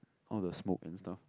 all the smoke and stuff